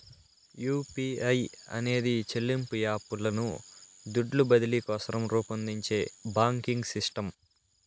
UPI అనేది చెల్లింపు app లను దుడ్లు బదిలీ కోసరం రూపొందించే బాంకింగ్ సిస్టమ్